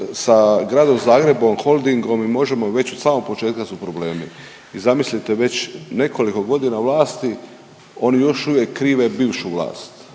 sa gradom Zagrebom Holdingom i Možemo! već od samog početka su problemi i zamislite već nekoliko godina vlasti oni još uvijek krive bivšu vlast,